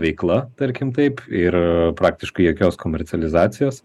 veikla tarkim taip ir praktiškai jokios komercializacijos